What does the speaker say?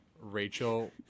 rachel